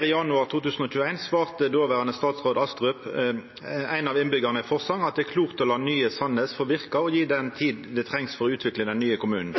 januar 2021 svarte statsråd Astrup en av innbyggerne i Forsand at det er klokt å la nye Sandnes få virke og gi den tid det trengs for å utvikle den nye kommunen.